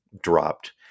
dropped